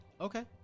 Okay